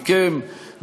מכם,